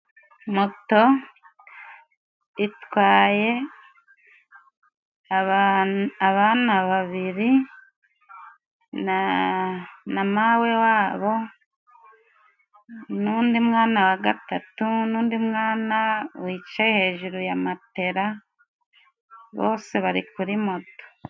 Moto itwaye abana babiri na mawe wabo, n'undi mwana wa gatatu, n'undi mwana wicaye hejuru ya matela, bose bari kuri moto.